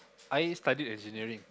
I studied engineering